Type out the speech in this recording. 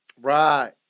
Right